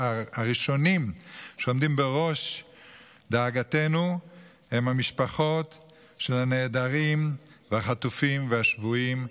הראשונים שעומדים בראש דאגתנו הם המשפחות של הנעדרים והחטופים והשבויים,